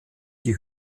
die